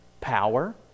power